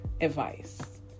advice